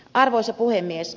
arvoisa puhemies